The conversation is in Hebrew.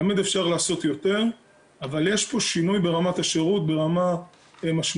תמיד אפשר לעשות יותר אבל יש פה שינוי ברמת השירות ברמה משמעותית,